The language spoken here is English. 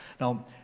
Now